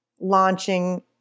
launching